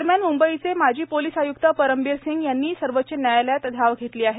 दरम्यान मुंबईचे माजी पोलीस आयुक्त परमबीर सिंग यांनी सर्वोच्च न्यायालयात धाव घेतली आहे